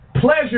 pleasure